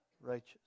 righteous